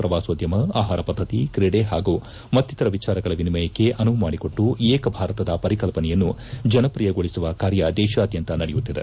ಪ್ರವಾಸೋದ್ಯಮಆಹಾರ ಪದ್ಧತಿ ಕ್ರೀಡೆ ಹಾಗೂ ಮಕ್ತಿತರ ವಿಚಾರಗಳ ವಿನಿಮಯಕ್ಕೆ ಅನುವು ಮಾಡಿಕೊಟ್ಟು ಏಕ ಭಾರತದ ಪರಿಕಲ್ಪನೆಯನ್ನು ಜನಪ್ರಿಯಗೊಳಿಸುವ ಕಾರ್ಯ ದೇಶಾದ್ಯಂತ ನಡೆಯುತ್ತಿದೆ